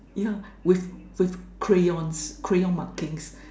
yeah with with crayons crayons markings